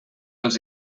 els